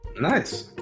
nice